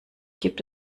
gibt